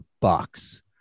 Bucks